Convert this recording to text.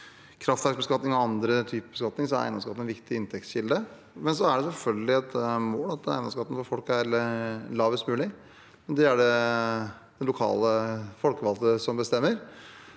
kraftverksbeskatning og andre typer beskatning er eiendomsskatten en viktig inntektskilde, men så er det selvfølgelig et mål at eiendomsskatten for folk er lavest mulig, og det er det de lokale folkevalgte som bestemmer.